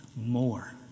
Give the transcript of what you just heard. more